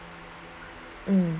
uh